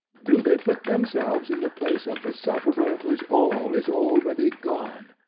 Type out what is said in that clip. do they put themselves in the place of the sufferer whose all is already gone,